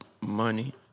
Money